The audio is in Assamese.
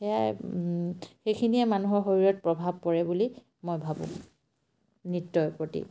সেয়াই সেইখিনিয়ে মানুহৰ শৰীৰত প্ৰভাৱ পৰে বুলি মই ভাবোঁ নৃত্যৰ প্ৰতি